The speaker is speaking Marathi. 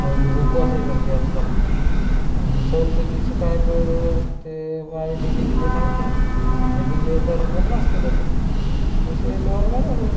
नऊ दिवस उपवासही करते आजकाल आणि शेवटच्या दिवशी काय तर ते डी जे गीजे सांगते त्या डि जेवर दारू पिऊन नाचते लोक असे त्योहार मनवले जाते